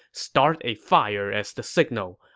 start a fire as the signal.